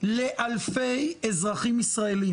לאלפי אזרחים ישראלים.